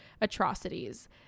atrocities